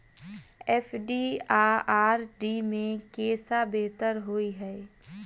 FD आ RD मे केँ सा बेहतर होइ है?